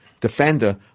defender